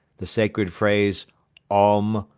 the sacred phrase om!